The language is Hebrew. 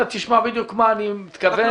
אתה תשמע בדיוק מה אני מתכוון.